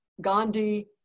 Gandhi